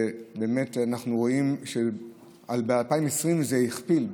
אנחנו רואים שב-2020 זה הוכפל,